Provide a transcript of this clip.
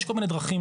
יש כל מיני דרכים,